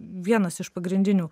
vienas iš pagrindinių